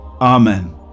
Amen